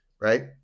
right